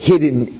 hidden